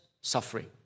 suffering